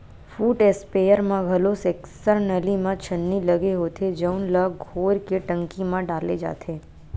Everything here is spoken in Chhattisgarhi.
फुट इस्पेयर म घलो सेक्सन नली म छन्नी लगे होथे जउन ल घोर के टंकी म डाले जाथे